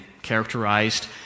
characterized